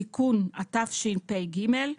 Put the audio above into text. (תיקון) (תיקון), התשפ"ג-2023.